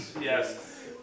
yes